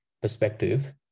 perspective